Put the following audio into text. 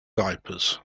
diapers